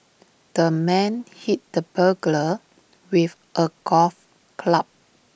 the man hit the burglar with A golf club